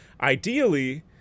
Ideally